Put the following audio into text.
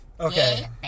Okay